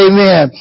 Amen